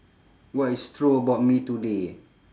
what is true about me today